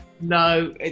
No